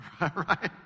Right